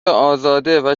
ازاده